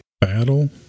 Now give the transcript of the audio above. Battle